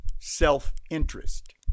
Self-interest